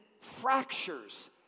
fractures